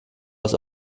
aus